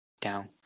down